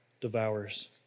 devours